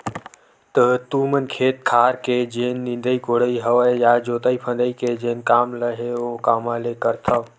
त तुमन खेत खार के जेन निंदई कोड़ई हवय या जोतई फंदई के जेन काम ल हे ओ कामा ले करथव?